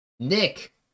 Nick